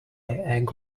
egg